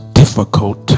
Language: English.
difficult